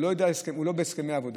אבל הוא לא בהסכמי עבודה.